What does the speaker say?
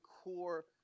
core